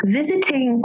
visiting